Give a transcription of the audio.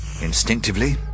Instinctively